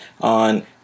on